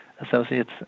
Associates